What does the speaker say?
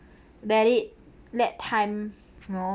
bear it let time you know